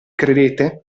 credete